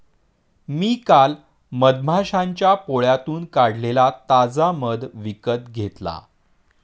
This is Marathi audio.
मी काल मधमाश्यांच्या पोळ्यातून काढलेला ताजा मध विकत घेतला